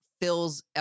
fills